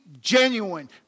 genuine